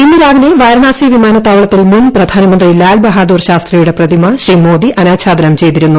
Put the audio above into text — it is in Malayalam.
ഇന്ന് രാവിലെ വാരണാസി വിമാനത്താവളത്തിൽ മുൻ പ്രധാനമന്ത്രി ലാൽ ബഹദൂർ ശാസ്ത്രിയുടെ പ്രതിമ ശ്രീ മോദി അനാഛാദനം ചെയ്തിരുന്നു